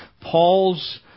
Paul's